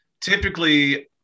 Typically